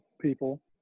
people